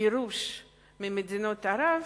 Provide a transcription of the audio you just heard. וגירוש ממדינות ערב,